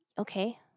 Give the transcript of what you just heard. okay